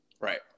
right